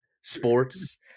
sports